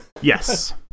Yes